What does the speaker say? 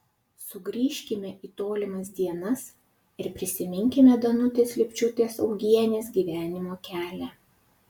sugrįžkime į tolimas dienas ir prisiminkime danutės lipčiūtės augienės gyvenimo kelią